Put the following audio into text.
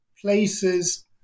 Places